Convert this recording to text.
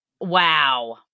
Wow